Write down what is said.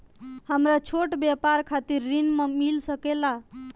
हमरा छोटा व्यापार खातिर ऋण मिल सके ला?